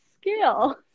skill